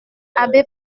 abbé